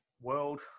world